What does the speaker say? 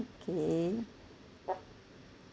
okay